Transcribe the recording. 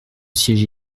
siège